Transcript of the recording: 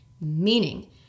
Meaning